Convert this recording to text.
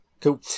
Cool